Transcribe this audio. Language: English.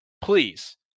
Please